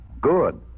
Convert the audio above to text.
Good